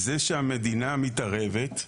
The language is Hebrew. זה שהמדינה מתערבת,